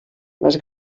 les